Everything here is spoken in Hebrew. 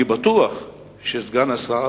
אני בטוח שסגן השר